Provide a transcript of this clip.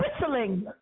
whistling